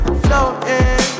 floating